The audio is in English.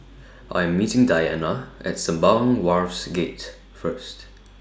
I'm meeting Diana At Sembawang Wharves Gate First